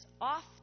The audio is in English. off